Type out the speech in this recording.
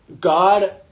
God